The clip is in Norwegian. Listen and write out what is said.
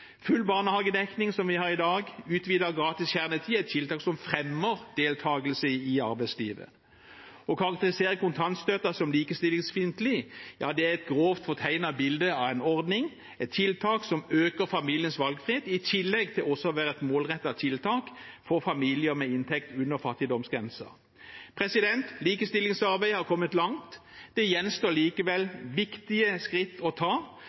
Full barnehagedekning, som vi har i dag, og utvidet gratis kjernetid er tiltak som fremmer deltakelse i arbeidslivet. Å karakterisere kontantstøtten som likestillingsfiendtlig er et grovt fortegnet bilde av en ordning, et tiltak, som øker familiens valgfrihet, i tillegg til også å være et målrettet tiltak for familier med inntekt under fattigdomsgrensen. Likestillingsarbeidet har kommet langt. Det gjenstår likevel å ta